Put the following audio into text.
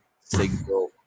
single